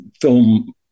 film